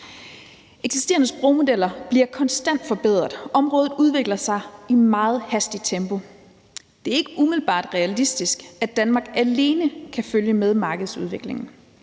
Eksisterende sprogmodeller bliver konstant forbedret; området udvikler sig i meget hastigt tempo. Det er ikke umiddelbart realistisk, at Danmark alene kan følge med markedsudviklingen.